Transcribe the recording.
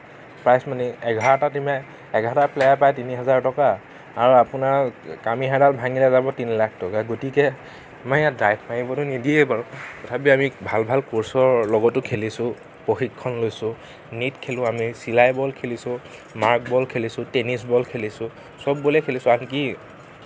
prize money এঘাৰটা টীমে এঘাৰটা টীমে পায় তিনি হাজাৰ টকা আৰু আপোনাৰ কামি হাড়ডাল ভাঙিলে যাব তিনি লাখ টকা গতিকে আমাৰ ইয়াত ড্ৰাইভ মাৰিবলৈ নিদিয়ে বাৰু তথাপি আমি ভাল ভাল ক'চ্চৰ লগতো খেলিছোঁ প্ৰশিক্ষণ লৈছোঁ নিট খেলোঁ আমি চিলাই বল খেলিছোঁ মাৰ্ক বল খেলিছোঁ টেনিছ বল খেলিছোঁ সব বলেই খেলিছোঁ আনকি